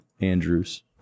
Andrews